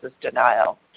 denial